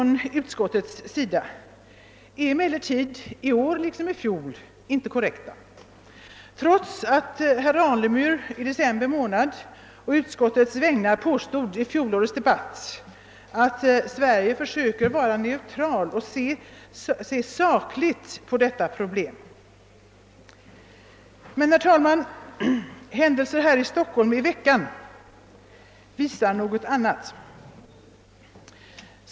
Utskottet har emellertid varken i år eller i fjol ställt frågorna på ett korrekt sätt, trots att herr Alemyr under debatten i december månad på utskottets vägnar påstod att Sverige försöker att se sakligt på detta problem. Herr talman! Händelser här i Stockholm denna vecka visar något annat.